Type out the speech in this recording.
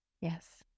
Yes